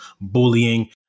bullying